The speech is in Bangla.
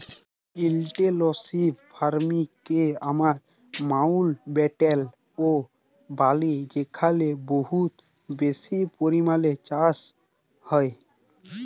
ইলটেলসিভ ফার্মিং কে আমরা মাউল্টব্যাটেল ও ব্যলি যেখালে বহুত বেশি পরিমালে চাষ হ্যয়